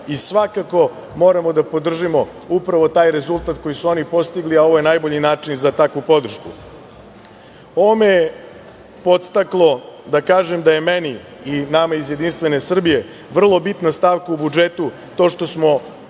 i svakako moramo da podržimo upravo taj rezultat koji su oni postigli, a ovo je najbolji način za takvu podršku. Ovo me podstaklo da kažem da je meni i nama iz JS vrlo bitna stavka u budžetu to što smo